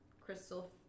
crystal